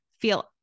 feel